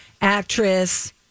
actress